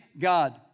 God